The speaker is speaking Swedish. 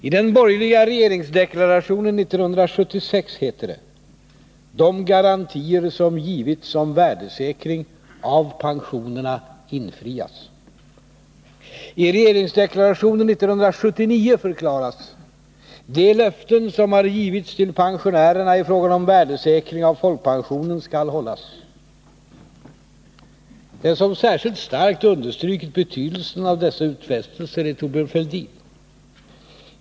I den borgerliga regeringsdeklarationen 1976 heter det: ”De garantier som getts om värdesäkring av pensionerna infrias.” I regeringsdeklarationen 1979 förklaras: ”De löften som har givits till pensionärerna i fråga om värdesäkring av folkpensionen ——=— skall hållas.” Den som särskilt starkt understrukit betydelsen av denna utfästelse är Thorbjörn Fälldin.